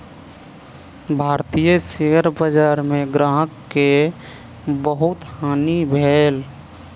भारतीय शेयर बजार में ग्राहक के बहुत हानि भेल